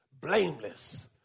Blameless